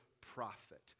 prophet